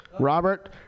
Robert